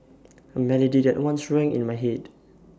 A melody that once rang in my Head